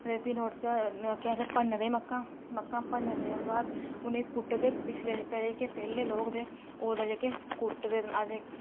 अदे भी नोआड़े च केह् आखदे भनदे मक्कां मक्कां भनदे भी नुआढ़े बाद उ'नेंई कुट्टदे पिछले जेह्के होंदे पैह्ले लोक ओह् ते जेह्के कुट्टदे न